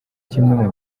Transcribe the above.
kimwe